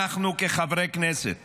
אנחנו, כחברי כנסת